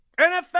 NFL